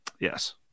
yes